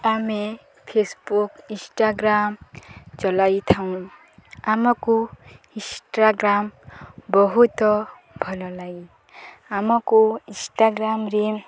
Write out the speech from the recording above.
ଆମେ Facebook Instagram ଚଲାଇଥାଉଁ ଆମକୁ ଇନ୍ଷ୍ଟଗ୍ରାମ୍ ବହୁତ ଭଲଲାଗେ ଆମକୁ ଇଷ୍ଟାଗ୍ରାମ୍ରେ